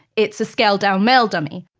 it's a scaled-down male dummy